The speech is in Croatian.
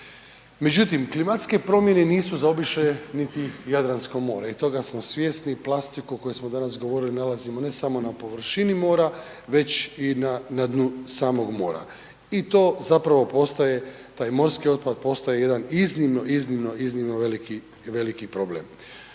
Međutim klimatske promjene nisu zaobišle niti Jadransko more, i toga smo svjesni, plastiku, o kojoj smo danas govorili, nalazimo ne samo na površini mora, već i na dnu samog mora. I to zapravo postaje taj morski otpad, postaje jedan iznimno, iznimno, iznimno veliki, veliki